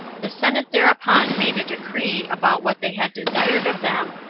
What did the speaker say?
the senate thereupon made a decree about what they had desired of them,